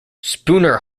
spooner